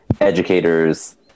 educators